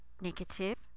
negative